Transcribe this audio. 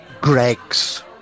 Greg's